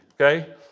okay